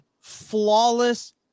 flawless